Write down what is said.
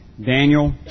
Daniel